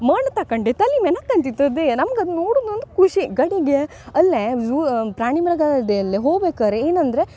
ಮಣ್ಣು ತಕಂಡು ತಲೆ ಮೇಲೆ ಹಾಕಂತಿತ್ ಅದೇ ನಮ್ಗೆ ಅದು ನೋಡುದು ಒಂದು ಖುಷಿ ಕಡಿಗೆ ಅಲ್ಲೇ ಝೂ ಪ್ರಾಣಿ ಮೃಗಾದೆಲ್ ಹೋಗ್ಬೇಕಾದ್ರೆ ಏನಂದರೆ